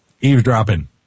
eavesdropping